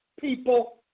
people